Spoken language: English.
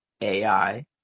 AI